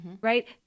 Right